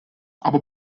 aber